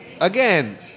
Again